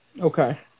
Okay